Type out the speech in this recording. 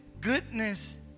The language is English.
goodness